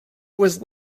was